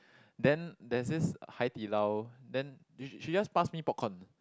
then there's this Hai-Di-Lao then she she just pass me popcorn